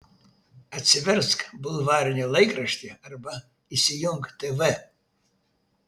atsiversk bulvarinį laikraštį arba įsijunk tv